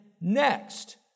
next